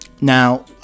Now